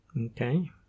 okay